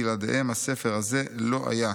בלעדיהם הספר הזה לא היה.